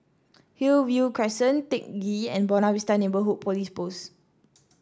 Hillview Crescent Teck Ghee and Buona Vista Neighbourhood Police Post